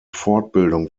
fortbildung